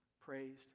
Praised